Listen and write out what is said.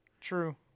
True